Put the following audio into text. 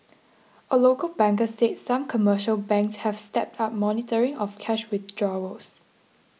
a local banker said some commercial banks have stepped up monitoring of cash withdrawals